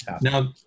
Now